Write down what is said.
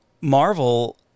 Marvel